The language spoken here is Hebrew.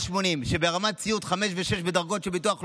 80 ברמות סיעוד 5 ו-6 בדרגות של ביטוח לאומי,